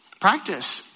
practice